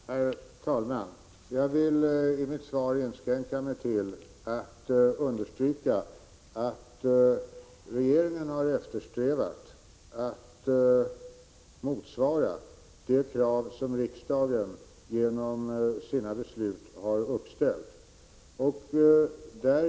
Herr talman! Jag vill i mitt svar inskränka mig till att understryka att regeringen har eftersträvat att motsvara de krav som riksdagen genom sina beslut har uppställt.